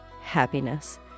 happiness